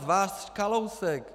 Váš Kalousek.